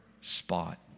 spot